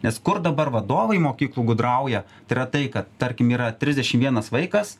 nes kur dabar vadovai mokyklų gudrauja tai yra tai kad tarkim yra trisdešimt vienas vaikas